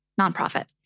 nonprofit